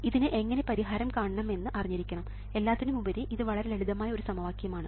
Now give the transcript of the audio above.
ഇതിന് എങ്ങനെ പരിഹാരം കാണണമെന്ന് അറിഞ്ഞിരിക്കണം എല്ലാത്തിനുമുപരി ഇത് വളരെ ലളിതമായ ഒരു സമവാക്യമാണ്